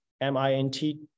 M-I-N-T